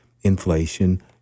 inflation